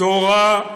סליחה.